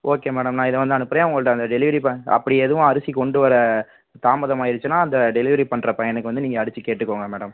okay madam நான் இதை வந்து அனுப்புகிறேன் உங்கள்ட்ட அந்த டெலிவரி பாய் அப்படி எதுவும் அரிசி கொண்டு வர தாமதம் ஆகிடுச்சின்னா அந்த டெலிவரி பண்ணுற பையனுக்கு வந்து நீங்கள் அடித்து கேட்டுக்கோங்க மேடம்